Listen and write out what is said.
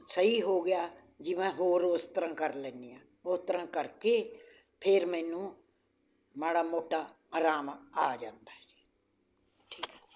ਸਹੀ ਹੋ ਗਿਆ ਜੀ ਮੈਂ ਹੋਰ ਉਸ ਤਰ੍ਹਾਂ ਕਰ ਲੈਂਦੀ ਹਾਂ ਉਸ ਤਰ੍ਹਾਂ ਕਰਕੇ ਫਿਰ ਮੈਨੂੰ ਮਾੜਾ ਮੋਟਾ ਆਰਾਮ ਆ ਜਾਂਦਾ ਜੀ ਠੀਕ ਆ ਜੀ